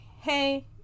hey